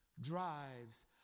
drives